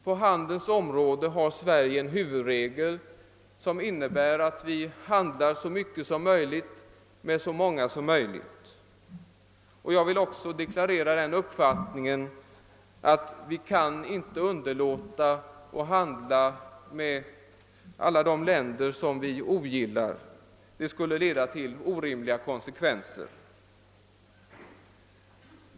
På handelns område har Sverige en huvudregel som innebär att vi handlar så mycket som möjligt med så många som möjligt. Jag vill också deklarera den uppfattningen, att vi inte kan underlåta att handla med alla länder som vi ogillar. Det skulle leda till orimliga konsekvenser.